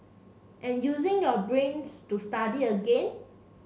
and using your brains to study again